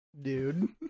Dude